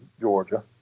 Georgia